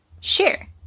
share